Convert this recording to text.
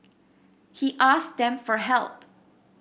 he asked them for help